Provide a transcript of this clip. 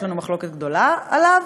יש לנו מחלוקת גדולה עליו,